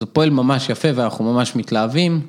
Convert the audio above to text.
זה פועל ממש יפה ואנחנו ממש מתלהבים.